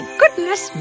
goodness